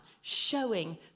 showing